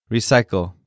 Recycle